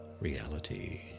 reality